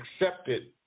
accepted